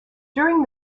during